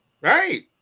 Right